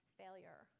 failure